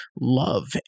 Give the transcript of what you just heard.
Love